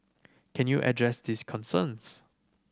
can you address these concerns